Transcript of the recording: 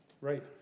Right